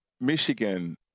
Michigan